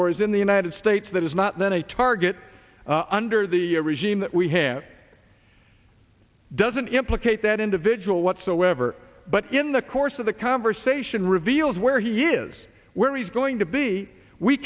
or is in the united states that is not then a target under the regime that we hand doesn't implicate that individual whatsoever but in the course of the conversation reveals where he is where he's going to be we